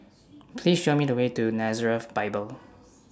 Please Show Me The Way to Nazareth Bible